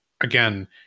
again